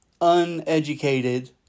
uneducated